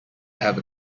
have